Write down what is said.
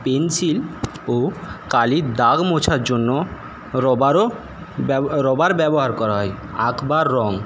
pencil ও কালির দাগ মোছার জন্য রবারও রবার ব্যবহার করা হয় আঁকবার রং